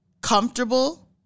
comfortable